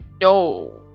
No